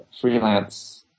freelance